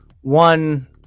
one